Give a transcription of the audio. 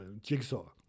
Jigsaw